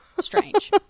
strange